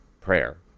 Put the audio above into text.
prayer